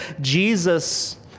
Jesus